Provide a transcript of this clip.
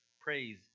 Praise